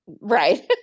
Right